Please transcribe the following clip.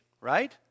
right